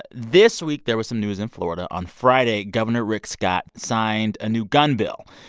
this week, there was some news in florida. on friday, governor rick scott signed a new gun bill.